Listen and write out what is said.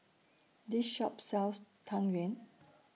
This Shop sells Tang Yuen